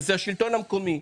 וזה השלטון המקומי.